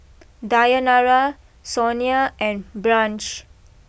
Dayanara Sonia and Branch